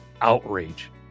outrage